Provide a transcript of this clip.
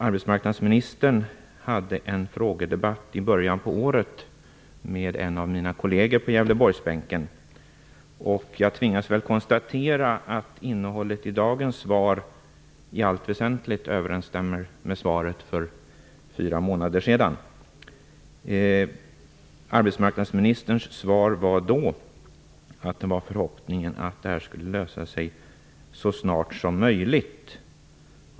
Arbetsmarknadsministern hade i början av året en frågedebatt med en av mina kolleger i Gävleborgsbänken. Men jag tvingas nog konstatera att innehållet i dagens svar i allt väsentligt överensstämmer med det svar som gavs för fyra månader sedan. Arbetsmarknadsministerns svar då var att förhoppningen var att det här skulle lösas så snart som möjligt.